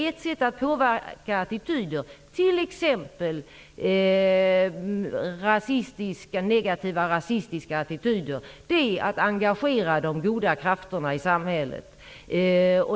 Ett sätt att påverka attityder, t.ex. negativa rasistiska attityder, är att engagera de goda krafterna i samhället.